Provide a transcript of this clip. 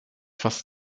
fast